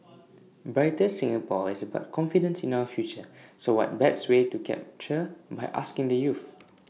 brighter Singapore is about confidence in our future so what best way to capture by asking the youth